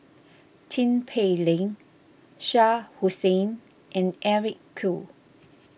Tin Pei Ling Shah Hussain and Eric Khoo